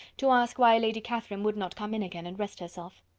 to ask why lady catherine would not come in again and rest herself.